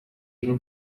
even